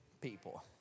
people